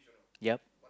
ya